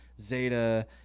Zeta